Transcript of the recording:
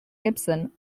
gibson